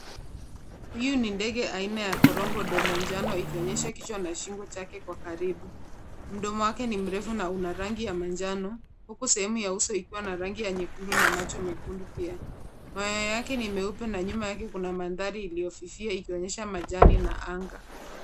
Huyu ni ndege aina ya korongo domo njano, ikionyesha kichwa na shingo chake kwa karibu. Mdomo wake ni mrefu na una rangi ya manjano huku sehemu ya uso ikiwa na rangi ya nyekundu macho mekundu pia. Mayai yake ni meupe na nyuma yake kuna mandhari iliyofifia ikionyesha majani na anga.